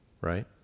right